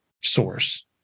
source